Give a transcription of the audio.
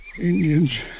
indians